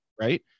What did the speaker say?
right